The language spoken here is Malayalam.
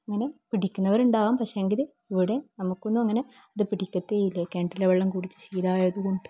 അങ്ങനെ പിടിക്കുന്നവരുണ്ടാകാം പക്ഷേ എങ്കിൽ ഇവിടെ നമുക്കൊന്നും അങ്ങനെ അത് പിടിക്കത്തേ ഇല്ല കിണറ്റിലെ വെള്ളം കുടിച്ച് ശീലമായത് കൊണ്ട്